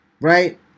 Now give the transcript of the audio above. right